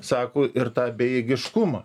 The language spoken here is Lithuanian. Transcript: sako ir tą bejėgiškumą